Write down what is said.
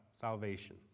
salvation